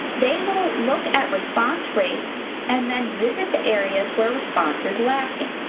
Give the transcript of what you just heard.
they will look at response rates and then visit the areas where response is lacking.